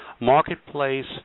marketplace